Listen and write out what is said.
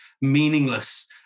meaningless